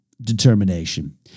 determination